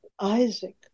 Isaac